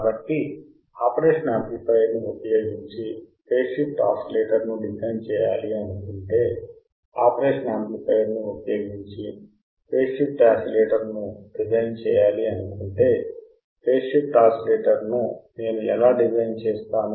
కాబట్టి operational amplifier ని ఉపయోగించి ఫేజ్ షిఫ్ట్ ఆసిలేటర్ను డిజైన్ చేయాలనుకుంటే ఆపరేషనల్ యాంప్లిఫయర్ ని ఉపయోగించి ఫేజ్ షిఫ్ట్ ఆసిలేటర్ను డిజైన్ చేయాలనుకుంటే ఫేజ్ షిఫ్ట్ ఆసిలేటర్ను నేను ఎలా డిజైన్ చేస్తాను